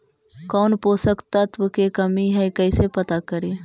कौन पोषक तत्ब के कमी है कैसे पता करि?